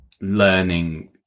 learning